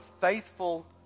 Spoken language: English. faithful